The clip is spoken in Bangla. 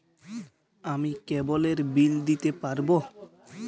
আমি কেবলের বিল দিতে পারবো?